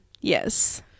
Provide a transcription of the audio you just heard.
Yes